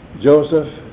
Joseph